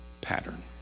pattern